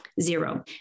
zero